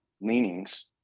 leanings